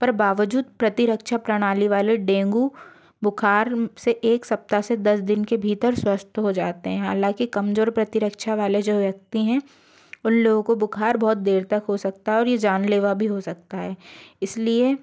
पर बावजूद प्रतिरक्षा प्रणाली वाले डेंगू बुखार से एक सप्ताह से दस दिन के भीतर स्वस्थ हो जाते हैं हालाँकि कमजोर प्रतिरक्षा वाले जो व्यक्ति हैं उन लोगों को बुखार बहुत देर तक हो सकता है और यह जानलेवा भी हो सकता है इसलिए